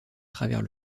travers